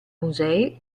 musei